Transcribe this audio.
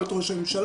או את ראש הממשלה,